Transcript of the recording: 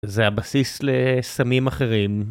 זה הבסיס לסמים אחרים.